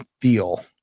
feel